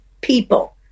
people